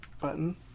button